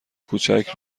کوچک